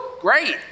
Great